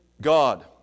god